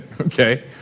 Okay